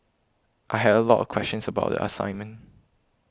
I had a lot of questions about the assignment